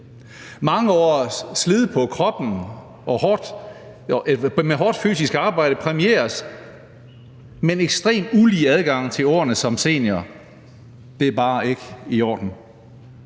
Mange års slid på kroppen med hårdt fysisk arbejde præmieres med en ekstremt ulige adgang til årene som senior. Det er bare ikke i orden.